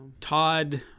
Todd